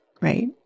right